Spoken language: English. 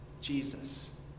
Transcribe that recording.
Jesus